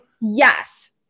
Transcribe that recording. Yes